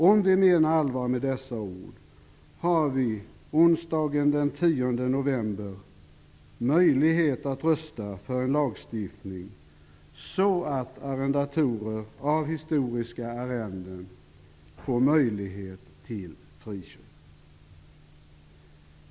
Om vi menar allvar med dessa ord har vi onsdagen den 10 november möjlighet att rösta för en sådan lagstiftning att arrendatorer av historiska arrenden får möjlighet till friköp.